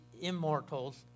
immortals